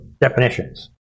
definitions